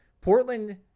Portland